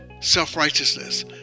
self-righteousness